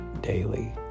daily